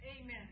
Amen